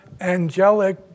angelic